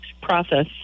process